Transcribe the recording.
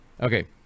Okay